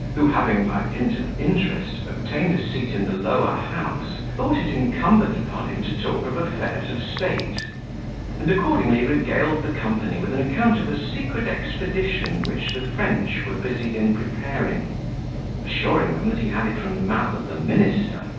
who having, by dint of interest, obtained a seat in the lower house, thought it incumbent upon him to talk of affairs of state and accordingly regaled the company with an account of a secret expedition which the french were busied in preparing assuring them that he had it from the mouth of the minister,